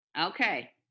Okay